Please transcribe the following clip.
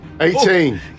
Eighteen